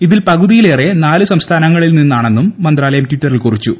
ഇതിൽ പകുതിയിലേറെ നാല് സംസ്ഥാനങ്ങളിൽ നിന്നാണെന്നും മന്ത്രാലയം ട്വിറ്ററിൽ കുറിച്ചു